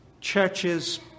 Churches